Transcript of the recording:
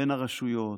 בין הרשויות,